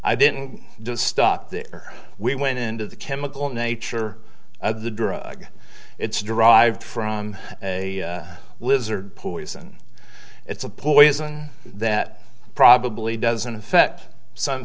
i didn't stop there we went into the chemical nature of the drug it's derived from a lizard poison it's a poison that probably doesn't affect some